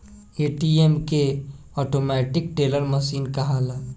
ATM के automatic teller machine कहाला